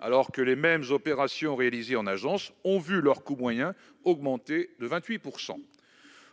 alors que les mêmes opérations réalisées en agence ont vu leur coût moyen augmenter de 28 %-